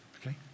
okay